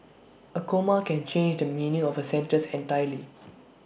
A comma can change the meaning of A sentence entirely